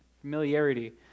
familiarity